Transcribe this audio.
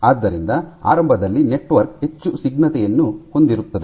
ಆದ್ದರಿಂದ ಆರಂಭದಲ್ಲಿ ನೆಟ್ವರ್ಕ್ ಹೆಚ್ಚು ಸ್ನಿಗ್ಧತೆಯನ್ನು ಹೊಂದಿರುತ್ತದೆ